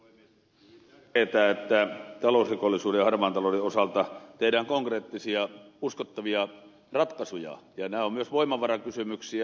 on hyvin tärkeätä että talousrikollisuuden ja harmaan talouden osalta tehdään konkreettisia uskottavia ratkaisuja ja nämä ovat myös voimavarakysymyksiä